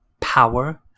Power